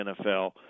NFL